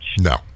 No